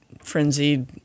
frenzied